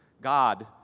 God